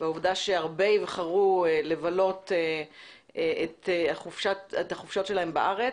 והעובדה שהרבה בחרו לבלות את החופשות שלהם בארץ.